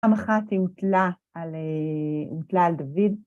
פעם אחת היא הוטלה על דוד.